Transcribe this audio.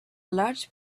large